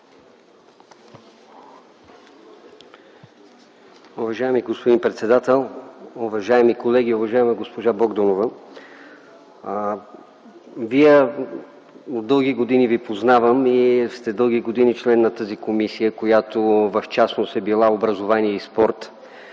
Уважаеми господин председател, уважаеми колеги, уважаема госпожо Богданова! От дълги години Ви познавам и отдавна сте член на тази комисия, която в частност е била „Образование и спорт”.